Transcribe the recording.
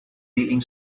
being